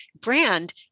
brand